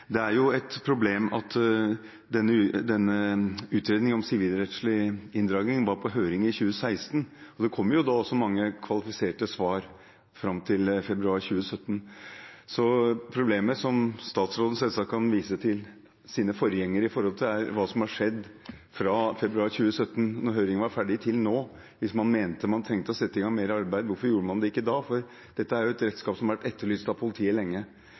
om sivilrettslig inndragning var på høring i 2016. Det kom mange kvalifiserte svar fram til februar 2017. Statsråden kan selvsagt vise til sine forgjengere når det gjelder dette, men problemet er hva som har skjedd fra februar 2017, da høringsrunden var ferdig, og til nå. Hvis man mente at man trengte å sette i gang et arbeid, hvorfor gjorde man det ikke da? Dette er jo et redskap som har vært etterlyst av politiet lenge,